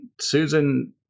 Susan